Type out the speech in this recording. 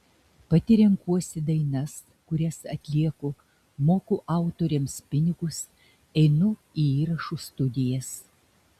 pati renkuosi dainas kurias atlieku moku autoriams pinigus einu į įrašų studijas